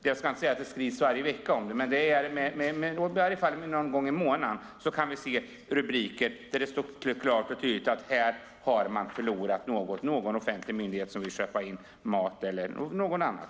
Jag ska inte säga att det skrivs varje vecka om problemet men i alla fall någon gång i månaden kan vi se rubriker om att en offentlig myndighet som ska köpa in mat har förlorat.